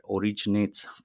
originates